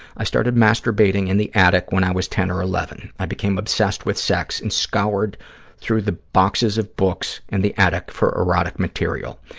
i started masturbating in the attic when i was ten or eleven. i became obsessed with sex and scoured through the boxes of books in the attic for erotic material.